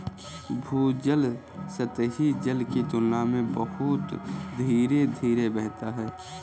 भूजल सतही जल की तुलना में बहुत धीरे धीरे बहता है